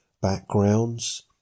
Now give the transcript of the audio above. backgrounds